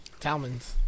Talmans